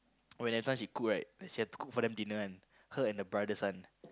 when everytime she cook right she has to cook for them dinner [one] her and her brothers [one]